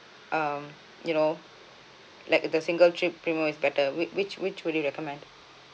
um you know like the single trip premium is better which which which would you recommend